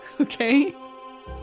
Okay